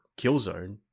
Killzone